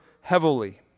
heavily